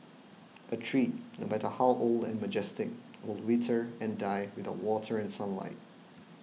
a tree no matter how old and majestic will wither and die without water and sunlight